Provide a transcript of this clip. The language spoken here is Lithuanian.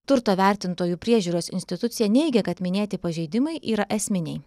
turto vertintojų priežiūros institucija neigia kad minėti pažeidimai yra esminiai